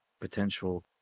potential